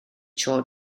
tro